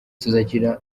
tuzakina